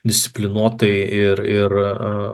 disciplinuotai ir ir